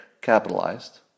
capitalized